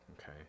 okay